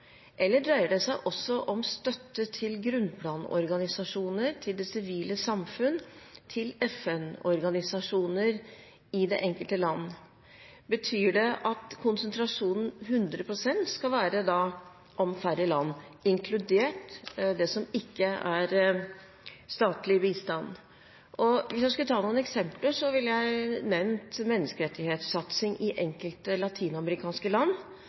eller dreier det seg også om støtte til grunnplanorganisasjoner, til det sivile samfunn, til FN-organisasjoner i det enkelte land? Betyr det at konsentrasjonen da skal være hundre prosent om færre land, inkludert det som ikke er statlig bistand? Hvis jeg skulle ta noen eksempler, ville jeg nevnt menneskerettighetssatsing i enkelte latinamerikanske land.